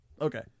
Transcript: Okay